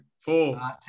Four